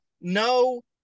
No